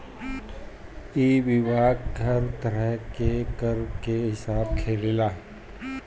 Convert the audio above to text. इ विभाग हर तरह के कर के हिसाब रखेला